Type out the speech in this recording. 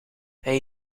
hij